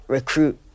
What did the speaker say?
Recruit